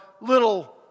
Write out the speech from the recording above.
little